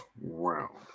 round